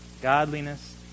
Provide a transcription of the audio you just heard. godliness